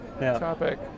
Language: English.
topic